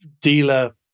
dealer